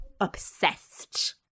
obsessed